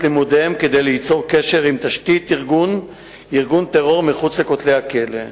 את לימודיהם כדי ליצור קשר עם תשתית ארגון טרור מחוץ לכותלי הכלא,